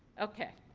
okay.